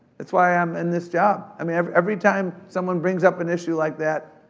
that's why i am in this job. i mean, every time someone brings up an issue like that,